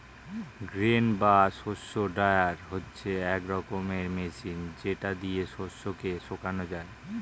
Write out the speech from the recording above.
grain বা শস্য dryer হচ্ছে এক রকমের মেশিন যেটা দিয়ে শস্য কে শোকানো যায়